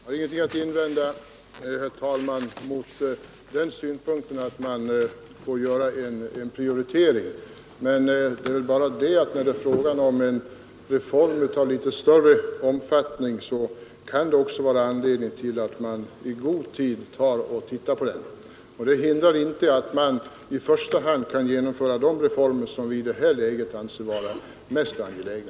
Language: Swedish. Jag har ingenting att invända mot synpunkten att man måste göra en prioritering. Men när det är fråga om en reform av större omfattning kan det också vara anledning att man i god tid tänker igenom hur den bör genomföras. Det hindrar inte att man i första hand genomför reformer som vi anser vara de mest angelägna.